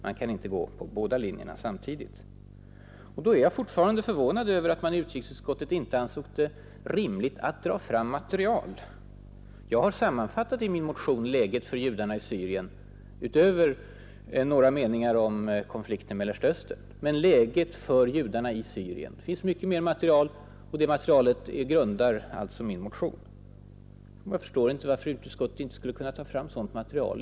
Man kan inte följa båda linjerna samtidigt. Jag är fortfarande förvånad över att utrikesutskottet inte ansåg det rimligt att dra fram material. Jag har i min motion sammanfattat läget för judarna i Syrien, utöver några meningar om konflikten i Mellersta Östern. Men det finns mycket mer av det material, som jag grundar min motion på. Jag förstår inte varför utskottet inte skulle kunna ta fram sådana uppgifter.